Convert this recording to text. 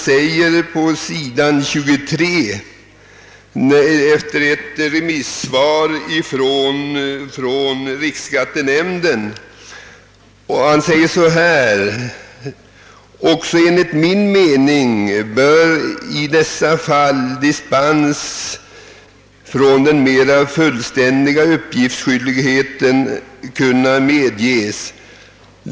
Med anledning av ett remissvar från riksskattenämnden anför han på s. 23 följande: »Också enligt min mening bör i dessa fall dispens från den mera fullständiga uppgiftsskyldigheten kunna medges.